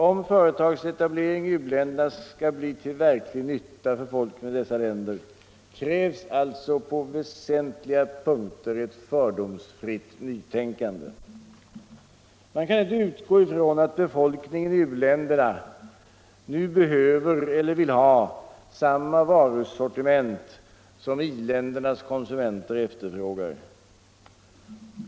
Om företagsetablering i u-länderna skall bli till verklig nytta för folken i dessa länder, krävs alltså på väsentliga punkter ett fördomsfritt nytänkande. Man kan inte utgå ifrån att befolkningen i u-länderna nu behöver eller vill ha samma varusortiment som i-ländernas konsumenter efterfrågar.